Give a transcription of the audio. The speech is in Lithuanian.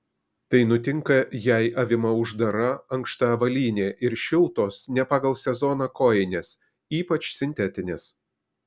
tai nutinka jei avima uždara ankšta avalynė ir šiltos ne pagal sezoną kojinės ypač sintetinės